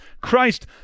Christ